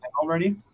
already